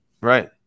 Right